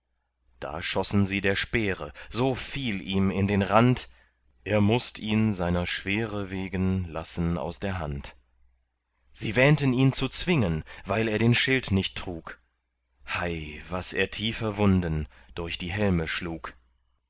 da schossen sie der speere so viel ihm in den rand er mußt ihn seiner schwere wegen lassen aus der hand sie wähnten ihn zu zwingen weil er den schild nicht trug hei was er tiefer wurden durch die helme schlug